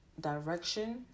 direction